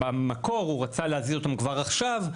הוא רצה להזיז אותנו כבר עכשיו,